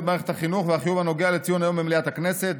במערכת החינוך וחיוב הנוגע לציון היום במליאת הכנסת,